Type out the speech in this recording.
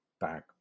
back